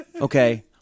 Okay